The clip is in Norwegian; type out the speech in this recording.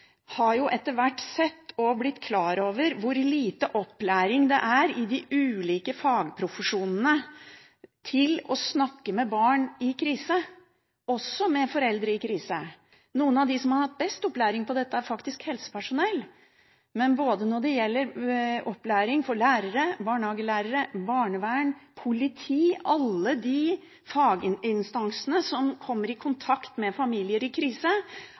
etter hvert sett og blitt klar over hvor lite opplæring det er i de ulike fagprofesjonene i å snakke med barn i krise og med foreldre i krise. Noen av dem som har hatt best opplæring i dette, er faktisk helsepersonell. Men når det gjelder opplæring for lærere, barnehagelærere, barnevern, politi, alle de faginstansene som kommer i kontakt med familier i krise,